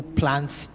plants